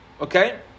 Okay